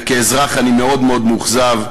וכאזרח אני מאוד מאוד מאוכזב.